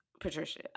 Patricia